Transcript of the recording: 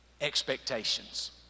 Expectations